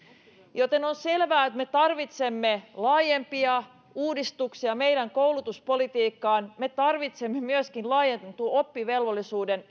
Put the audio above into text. joten on selvää että me tarvitsemme laajempia uudistuksia meidän koulutuspolitiikkaan me tarvitsemme myöskin laajennetun oppivelvollisuuden